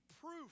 proof